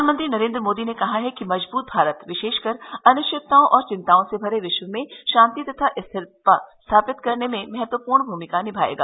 प्रधानमंत्री नरेंद्र मोदी ने कहा है कि मजबूत भारत विशेषकर अनिश्चितताओं और चिंताओं से भरे विश्व में शांति तथा स्थिरता स्थापित करने में महत्वपूर्ण भूमिका निभाएगा